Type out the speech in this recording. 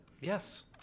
Yes